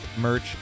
merch